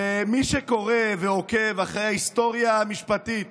מי שקורא ועוקב אחרי ההיסטוריה המשפטית